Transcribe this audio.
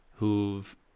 who've